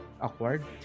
awkward